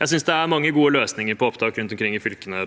Jeg synes det er mange gode løsninger på opptak rundt omkring i fylkene.